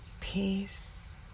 Peace